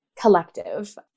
collective